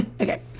okay